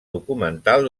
documental